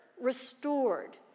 restored